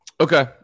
Okay